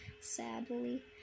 sadly